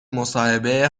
مصاحبه